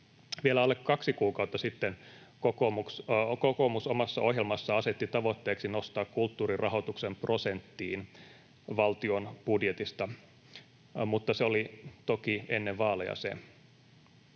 Vielä alle kaksi kuukautta sitten kokoomus omassa ohjelmassaan asetti tavoitteeksi nostaa kulttuurirahoituksen prosenttiin valtion budjetista, mutta se oli toki ennen vaaleja se.